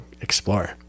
explore